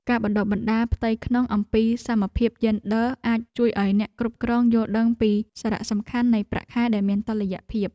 ការបណ្តុះបណ្តាលផ្ទៃក្នុងអំពីសមភាពយេនឌ័រអាចជួយឱ្យអ្នកគ្រប់គ្រងយល់ដឹងពីសារៈសំខាន់នៃប្រាក់ខែដែលមានតុល្យភាព។